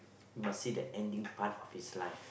must see the ending part of his life